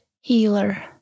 healer